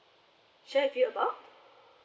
share with you about